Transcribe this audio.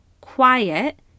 quiet